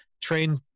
train